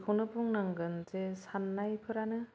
बेखौनो बुंनांगोन जे साननायफोरानो